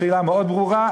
השאלה מאוד ברורה.